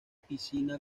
piscina